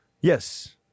Yes